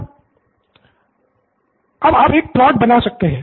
pro बाला अब आप एक प्लॉट बना सकते हैं